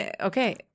okay